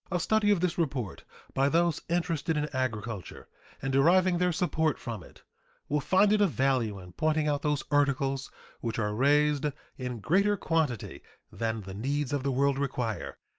a study of this report by those interested in agriculture and deriving their support from it will find it of value in pointing out those articles which are raised in greater quantity than the needs of the world require,